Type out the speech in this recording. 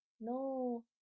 No